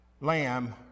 lamb